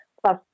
Plus